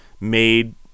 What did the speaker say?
made